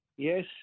Yes